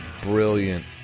brilliant